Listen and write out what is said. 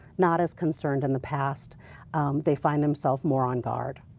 not as concerned in the past they find themselves more on guard.